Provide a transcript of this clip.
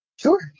Sure